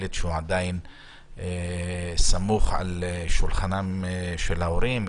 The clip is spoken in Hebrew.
ילד שעדיין סמוך על שולחן ההורים,